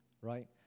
Right